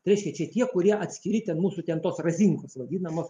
tai reiškia čia tie kurie atskiri ten mūsų ten tos razinkos vadinamos